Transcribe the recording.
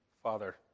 Father